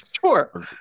Sure